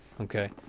okay